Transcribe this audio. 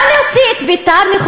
מי שרוצח.